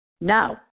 No